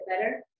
better